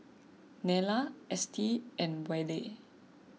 Nella Estie and Wade